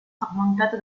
sormontata